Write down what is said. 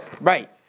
Right